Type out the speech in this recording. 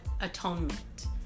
atonement